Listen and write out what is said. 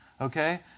okay